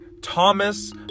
thomas